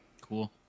cool